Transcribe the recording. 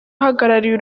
uhagarariye